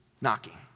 knocking